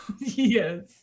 Yes